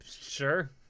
sure